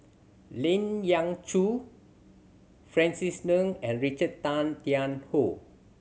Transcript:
Lien Ying Chow Francis Ng and Richard Tay Tian Hoe